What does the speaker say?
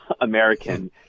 american